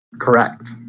Correct